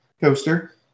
coaster